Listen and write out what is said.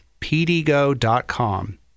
pdgo.com